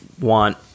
want